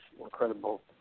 incredible